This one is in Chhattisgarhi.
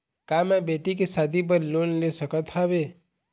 का मैं बेटी के शादी बर लोन ले सकत हावे?